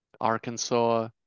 arkansas